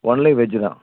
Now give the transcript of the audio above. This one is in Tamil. ஒன்லி வெஜ்ஜி தான்